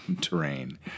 terrain